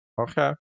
okay